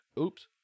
oops